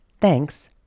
Thanks